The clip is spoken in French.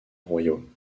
royaume